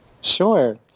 Sure